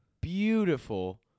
beautiful